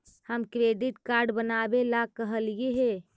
हम credit card बनावे ला कहलिऐ हे?